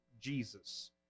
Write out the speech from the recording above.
Jesus